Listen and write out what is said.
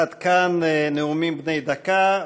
עד כאן נאומים בני דקה.